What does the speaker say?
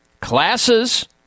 Classes